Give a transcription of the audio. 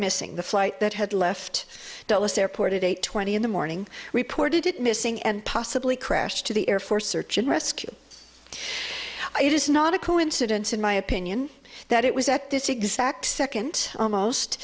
missing the flight that had left dulles airport at eight twenty in the morning reported it missing and possibly crashed to the air force search and rescue it is not a coincidence in my opinion that it was a